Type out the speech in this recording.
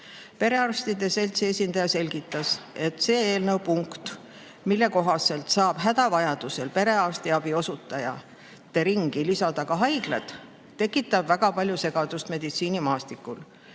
Perearstide seltsi esindaja selgitas, et see eelnõu punkt, mille kohaselt saab hädavajadusel perearstiabi osutajate ringi lisada ka haiglad, tekitab meditsiinimaastikul